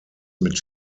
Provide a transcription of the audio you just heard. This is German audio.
mit